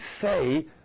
say